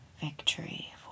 victory